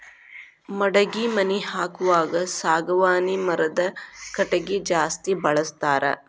ಮಡಗಿ ಮನಿ ಹಾಕುವಾಗ ಸಾಗವಾನಿ ಮರದ ಕಟಗಿ ಜಾಸ್ತಿ ಬಳಸ್ತಾರ